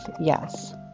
yes